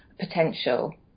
potential